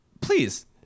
please